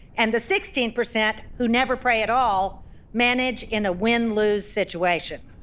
and the sixteen percent who never pray at all manage in a win-lose situation